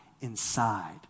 inside